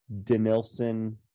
Denilson